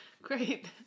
Great